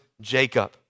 Jacob